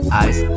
eyes